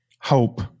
hope